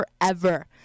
forever